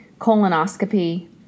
colonoscopy